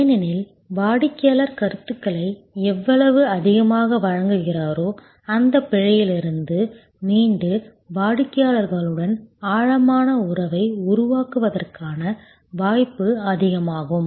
ஏனெனில் வாடிக்கையாளர் கருத்துகளை எவ்வளவு அதிகமாக வழங்குகிறாரோ அந்த பிழையிலிருந்து மீண்டு வாடிக்கையாளருடன் ஆழமான உறவை உருவாக்குவதற்கான வாய்ப்பு அதிகமாகும்